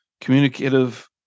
communicative